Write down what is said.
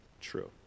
true